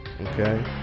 okay